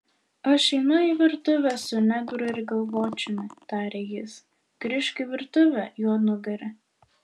aš einu į virtuvę su negru ir galvočiumi tarė jis grįžk į virtuvę juodnugari